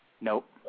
Nope